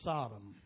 Sodom